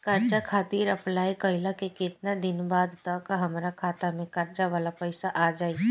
कर्जा खातिर अप्लाई कईला के केतना दिन बाद तक हमरा खाता मे कर्जा वाला पैसा आ जायी?